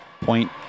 Point